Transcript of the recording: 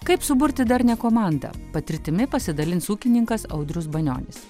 kaip suburti darnią komandą patirtimi pasidalins ūkininkas audrius banionis